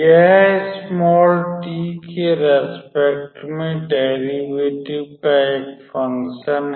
यह t के respect में डेरिवैटिव का एक फंकशन है